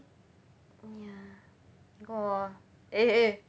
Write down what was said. oh ya or eh eh